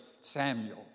Samuel